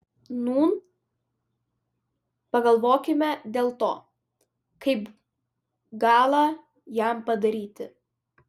nūn pagalvokime dėl to kaip galą jam padaryti